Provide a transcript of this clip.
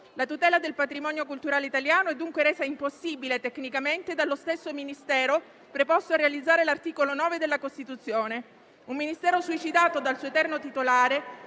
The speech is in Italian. La tutela del patrimonio culturale italiano è dunque resa impossibile tecnicamente dallo stesso Ministero preposto a realizzare l'articolo 9 della Costituzione, un Ministero suicidato dal suo eterno titolare